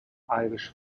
irish